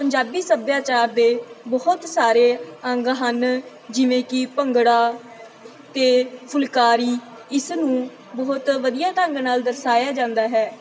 ਪੰਜਾਬੀ ਸੱਭਿਆਚਾਰ ਦੇ ਬਹੁਤ ਸਾਰੇ ਅੰਗ ਹਨ ਜਿਵੇਂ ਕਿ ਭੰਗੜਾ ਅਤੇ ਫੁਲਕਾਰੀ ਇਸ ਨੂੰ ਬਹੁਤ ਵਧੀਆ ਢੰਗ ਨਾਲ ਦਰਸਾਇਆ ਜਾਂਦਾ ਹੈ